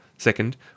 Second